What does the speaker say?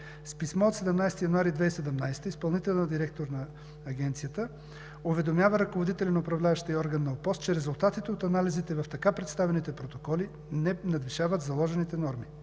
С писмо от 17 януари 2017 г. изпълнителният директор на Агенцията уведомява ръководителя на Управляващия орган на ОПОС, че резултатите от анализите в така представените протоколи не надвишават заложените норми.